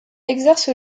exerce